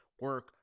Work